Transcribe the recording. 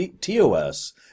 TOS